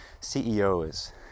CEOs